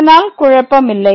அதனால் குழப்பம் இல்லை